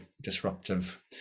disruptive